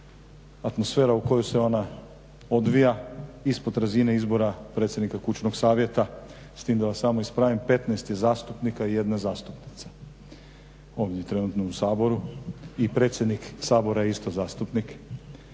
atmosfera u kojoj se ona odvija ispod razine izbora predsjednika kućnog savjeta, s tim da vas samo ispravim, 15 je zastupnika i 1 zastupnica ovdje trenutno u Saboru i predsjednik Sabora je isto zastupnik.